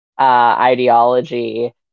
ideology